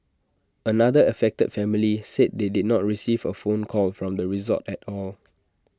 another affected family said they did not receive A phone call from the resort at all